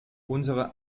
unsere